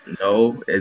No